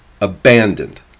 abandoned